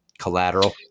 collateral